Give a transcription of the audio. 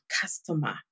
customer